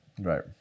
Right